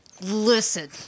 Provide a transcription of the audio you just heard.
Listen